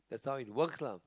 that's how it works lah